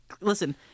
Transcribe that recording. listen